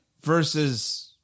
versus